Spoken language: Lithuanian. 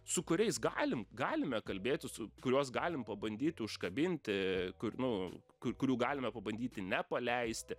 su kuriais galim galime kalbėtis su kuriuos galim pabandyt užkabinti kur nu kur kurių galime pabandyti nepaleisti